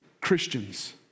Christians